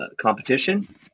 competition